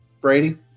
Brady